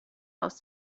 aus